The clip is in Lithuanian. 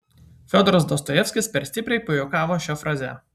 fiodoras dostojevskis per stipriai pajuokavo šia fraze